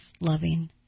loving